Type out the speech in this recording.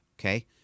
okay